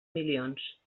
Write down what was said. milions